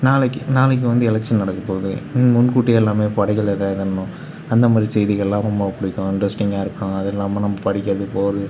நாளைக்கு நாளைக்கு வந்து எலெக்ஷன் நடக்க போகுது முன்கூட்டியே எல்லாமே படைகள் அந்த மாதிரி செய்திகளெலாம் ரொம்ப பிடிக்கும் இன்ட்ரெஸ்ட்டிங்காக இருக்கும் அதில்லாம நம்ம படிக்கிறது போகிறது